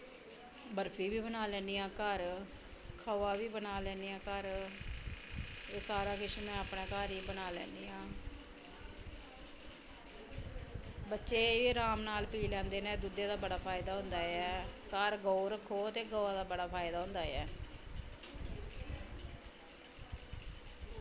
बरफी बी बना लैन्नी आं घर खोआ बी बना लैन्नी आं घर एह् सारा किश में अपने घर ई बना लैन्नी आं बच्चे राम नाल पी लैंदे न दुद्धै दा बड़ा फायदा होंदा ऐ घर गौऽ रक्खो ते गौ दा बड़ा फायदा होंदा ऐ